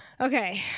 okay